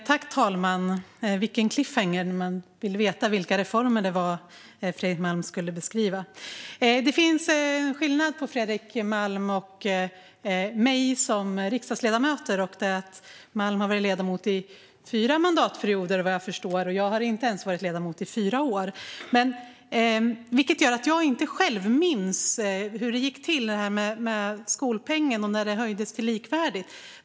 Fru talman! Vilken cliffhanger! Man vill ju veta vilka reformer det var som Fredrik Malm skulle beskriva. En skillnad mellan Fredrik Malm och mig som riksdagsledamöter är att Fredrik Malm har varit ledamot i fyra mandatperioder medan jag själv inte ens har varit ledamot i fyra år. Det gör att jag själv inte minns hur det gick till när skolpengen höjdes till likvärdig.